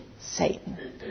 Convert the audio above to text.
Satan